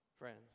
Friends